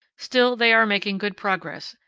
still, they are making good progress,